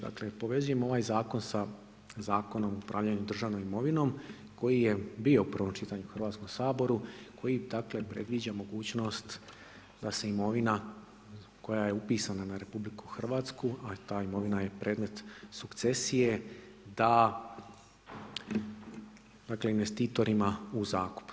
Dakle, povezujem ovaj zakon sa Zakonom o upravljanju državnom imovinom koji je bio u prvom čitanju u Hrvatskom saboru, koji dakle predviđa mogućnost da se imovina koja je upisana na Republiku Hrvatsku, a ta imovina je predmet sukcesije da, dakle investitorima u zakup.